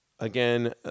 Again